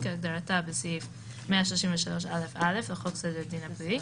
כהגדרתה בסעיף 133א(א) לחוק סדר הדין הפלילי,